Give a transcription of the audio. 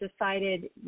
decided